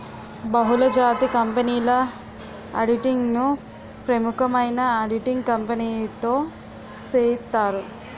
బహుళజాతి కంపెనీల ఆడిటింగ్ ను ప్రముఖమైన ఆడిటింగ్ కంపెనీతో సేయిత్తారు